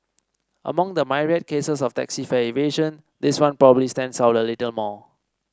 among the myriad cases of taxi fare evasion this one probably stands out a little more